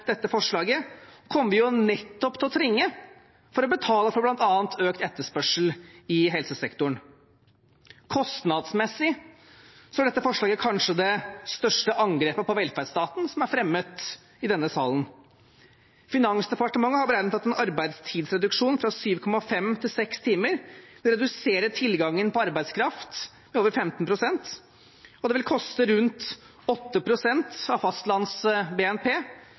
dette forslaget, kommer vi nettopp til å trenge for å betale for bl.a. økt etterspørsel i helsesektoren. Kostnadsmessig er dette forslaget kanskje det største angrepet på velferdsstaten som er fremmet i denne salen. Finansdepartementet har beregnet at en arbeidstidsreduksjon fra 7,5 til 6 timer vil redusere tilgangen på arbeidskraft med over 15 pst., og det vil koste rundt 8 pst. av